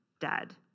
dead